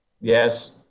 Yes